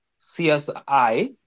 CSI